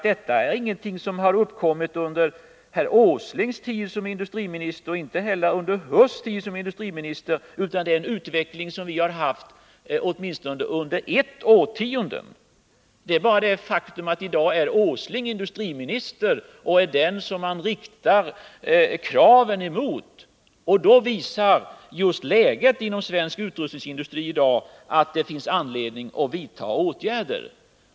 Det är inte något som tillkommit under Nils Åslings och inte heller under Erik Huss tid som industriminister utan det är en utveckling som pågått åtminstone under ett årtionde. Men i dag är Nils Åsling industriminister och alltså den som man riktar kraven mot. Av läget inom svensk utrustningsindustri i dag framgår att det finns anledning att vidta åtgärder.